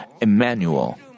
Emmanuel